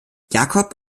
jakob